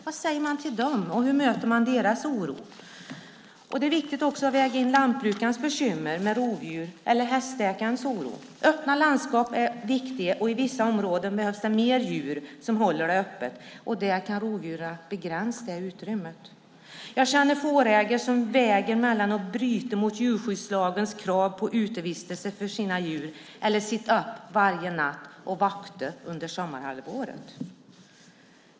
Vad säger man till dem, och hur möter man deras oro? Det är viktigt att väga in lantbrukarens bekymmer med rovdjur eller hästägarens oro. Öppna landskap är viktiga, och i vissa områden behövs fler djur som håller landskapet öppet. Där kan rovdjuren begränsa det utrymmet. Jag känner fårägare som väger mellan att bryta mot djurskyddslagens krav på utevistelse för sina djur eller att sitta uppe varje natt och vakta under sommarhalvåret.